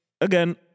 again